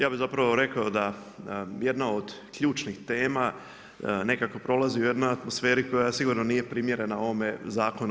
Ja bih zapravo rekao da jedna do ključnih tema nekako prolazi u jednoj atmosferi koja sigurno nije primjerena ovome zakonu.